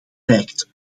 bereikt